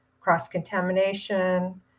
cross-contamination